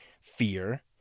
fear